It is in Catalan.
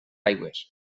aigües